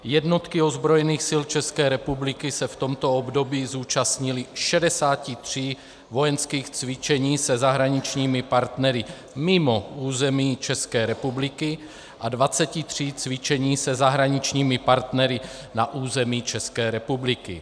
Jednotky ozbrojených sil České republiky se v tomto období zúčastnily 63 vojenských cvičení se zahraničními partnery mimo území České republiky a 23 cvičení se zahraničními partnery na území České republiky.